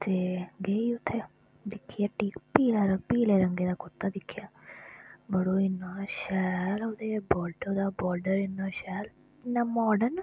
ते गेई उत्थे दिक्खेआ हट्टी पीले रंग पीले रंगे दा कुर्ता दिक्खेआ मड़ो इन्ना शैल ओह्दे बार्डर इन्ना शैल इन्ना मार्डन